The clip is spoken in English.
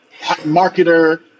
marketer